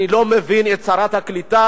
אני לא מבין את שרת הקליטה,